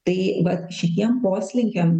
tai vat šitiem poslinkiam